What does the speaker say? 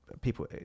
people